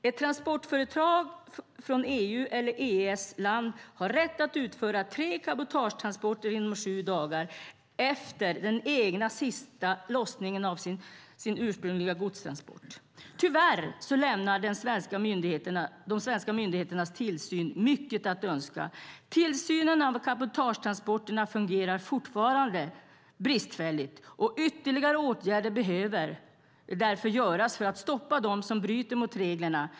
Ett transportföretag från EU eller EES-land har rätt att utföra tre cabotagetransporter inom sju dagar efter den sista egna lossningen av den ursprungliga godstransporten. Tyvärr lämnar de svenska myndigheternas tillsyn mycket att önska. Tillsynen av cabotagetransporterna fungerar fortfarande bristfälligt, och ytterligare åtgärder behöver därför vidtas för att stoppa dem som bryter mot reglerna.